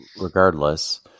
regardless